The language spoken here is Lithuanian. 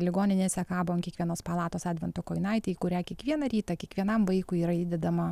ligoninėse kabo ant kiekvienos palatos advento kojinaitėje kurią kiekvieną rytą kiekvienam vaikui yra įdedama